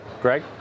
greg